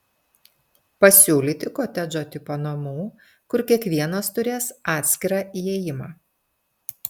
pasiūlyti kotedžų tipo namų kur kiekvienas turės atskirą įėjimą